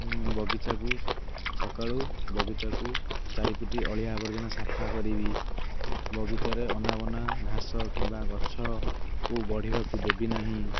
ବଗିଚାକୁ ସକାଳୁ ବଗିଚାକୁ ଚାରିପିଟି ଅଳିଆ ଆବର୍ଜନା ସଫା କରିବି ବଗିଚାରେ ଅନାବନା ଘାସ କିମ୍ବା ଗଛକୁ ବଢ଼ିବାକୁ ଦେବି ନାହିଁ